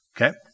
Okay